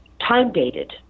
time-dated